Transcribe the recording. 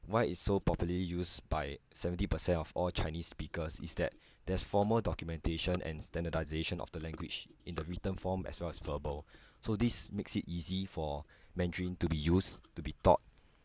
why it's so popularly used by seventy percent of all chinese speakers is that there's formal documentation and standardisation of the language in the written form as well as verbal so this makes it easy for mandarin to be used to be taught